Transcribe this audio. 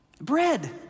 Bread